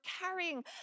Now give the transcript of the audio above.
carrying